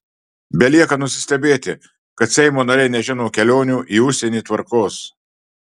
belieka nusistebėti kad seimo nariai nežino kelionių į užsienį tvarkos